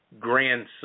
grandson